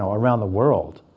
ah around the world,